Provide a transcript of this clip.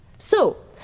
so,